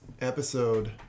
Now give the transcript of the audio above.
episode